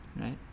right